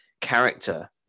character